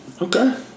Okay